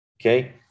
Okay